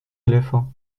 éléphants